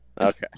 Okay